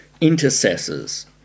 intercessors